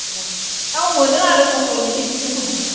बेयाव मोनो आरो बोसोरनि खेथिखौ बाहाय